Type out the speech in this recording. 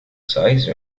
size